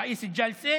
היושב-ראש.)